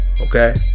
okay